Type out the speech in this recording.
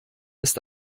ist